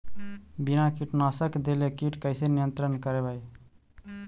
बिना कीटनाशक देले किट कैसे नियंत्रन करबै?